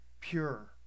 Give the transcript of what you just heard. pure